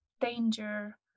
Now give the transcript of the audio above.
danger